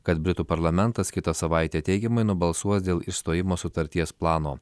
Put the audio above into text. kad britų parlamentas kitą savaitę teigiamai nubalsuos dėl išstojimo sutarties plano